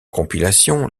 compilation